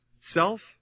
self